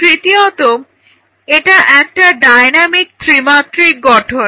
তৃতীয়ত এটা একটা ডায়নামিক ত্রিমাত্রিক গঠন